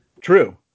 True